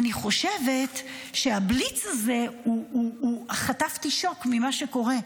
אני חושבת שבבליץ הזה חטפתי שוק ממה שקורה,